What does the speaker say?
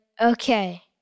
okay